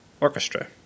Orchestra